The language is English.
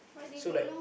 so like